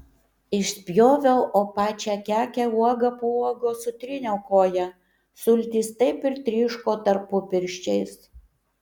išspjoviau o pačią kekę uoga po uogos sutryniau koja sultys taip ir tryško tarpupirščiais